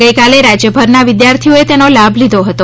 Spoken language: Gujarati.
ગઇકાલે રાજ્યભરમાં વિદ્યાર્થીઓએ તેનો લાભ લીધો હતો